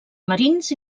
marins